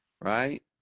right